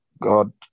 God